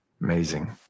amazing